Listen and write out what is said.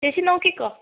ചേച്ചി നോക്കിക്കോ